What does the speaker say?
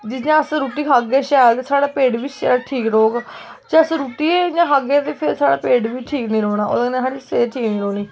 जियां अस रुट्टी खाह्गे शैल ते साढ़ा पेट बी ठीक रौह्ग जे अस रुट्टी गै इ'यां खाह्गे ते फिर साढ़ा पेट बी ठीक नी रौह्ना ओह्दे कन्नै साढ़ी सेह्त ठीक नी रौह्नी